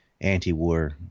anti-war